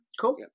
Cool